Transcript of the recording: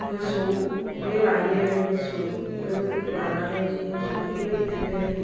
मोसौबो लायो मोसौबो लानानै मोसौखौबो बिदिनो